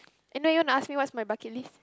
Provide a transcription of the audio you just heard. and then you want to ask me what's my bucket list